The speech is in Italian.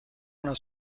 una